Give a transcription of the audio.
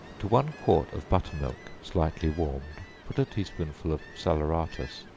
to one quart of butter-milk, slightly warmed, put a tea-spoonful of salaeratus,